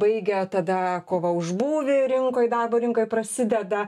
baigia tada kova už būvį rinkoj darbo rinkoj prasideda